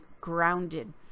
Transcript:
grounded